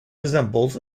resembles